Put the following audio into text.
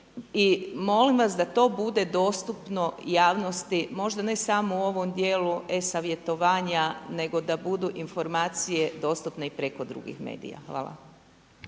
I molim vas da to bude dostupno javnosti, možda ne samo u ovom dijelu e-savjetovanja nego da budu informacije dostupne i preko drugih medija. Hvala.